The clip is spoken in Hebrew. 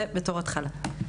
דבר שני,